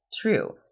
true